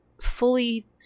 fully